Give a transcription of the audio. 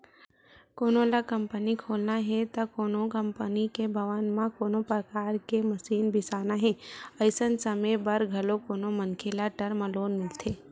कोनो ल कंपनी खोलना हे ते कोनो कंपनी के भवन म कोनो परकार के मसीन बिसाना हे अइसन समे बर घलो कोनो मनखे ल टर्म लोन मिलथे